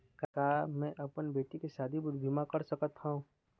का मैं अपन बेटी के शादी बर बीमा कर सकत हव?